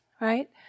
right